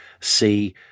see